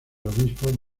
obispo